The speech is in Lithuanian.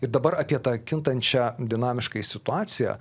ir dabar apie tą kintančią dinamiškai situaciją